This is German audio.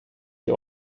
die